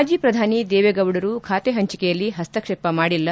ಮಾಜಿ ಪ್ರಧಾನಿ ದೇವೇಗೌಡರು ಖಾತೆ ಹಂಚಕೆಯಲ್ಲಿ ಹಸ್ತಕ್ಷೇಪ ಮಾಡಿಲ್ಲ